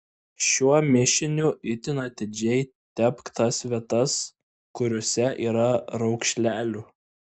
šiuo mišiniu itin atidžiai tepk tas vietas kuriose yra raukšlelių